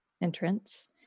entrance